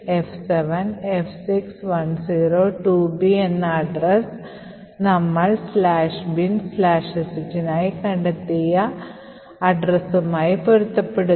F7F6102B എന്ന വിലാസം നമ്മൾ "binsh" നായി കണ്ടെത്തിയ വിലാസവുമായി പൊരുത്തപ്പെടുന്നു